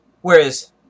Whereas